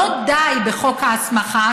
לא די בחוק ההסמכה,